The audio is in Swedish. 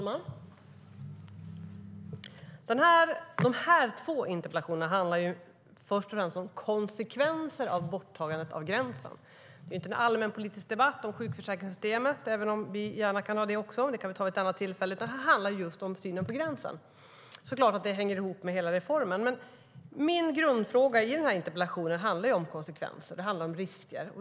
Herr talman! Dessa två interpellationer handlar först och främst om konsekvenser av borttagandet av gränsen. Det här är inte en allmänpolitisk debatt om sjukförsäkringssystemet, även om vi gärna kan ha en sådan också, men den kan vi ta vid ett annat tillfälle. Det här handlar om synen på gränsen. Det är klart att det hänger ihop med hela reformen. Min grundfråga i min interpellation handlade om konsekvenser och risker.